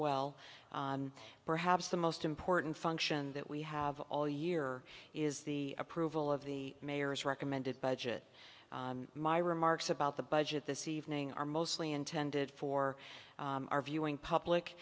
well perhaps the most important function that we have all year is the approval of the mayor's recommended budget my remarks about the budget this evening are mostly intended for our viewing public